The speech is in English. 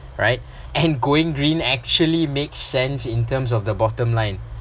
right and going green actually makes sense in terms of the bottom line